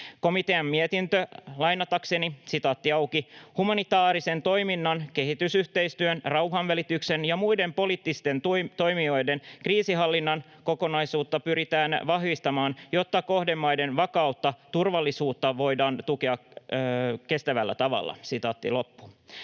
Komitean mietintöä lainatakseni: ”Humanitaarisen toiminnan, kehitysyhteistyön, rauhanvälityksen ja muiden poliittisten toimien ja kriisinhallinnan kokonaisuutta pyritään vahvistamaan, jotta kohdemaiden vakautta ja turvallisuutta voidaan tukea kestävällä tavalla.” Tämä aihe on